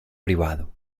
privado